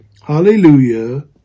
Hallelujah